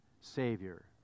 Savior